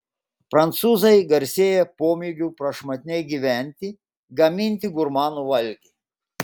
prancūzai garsėja pomėgiu prašmatniai gyventi gaminti gurmanų valgį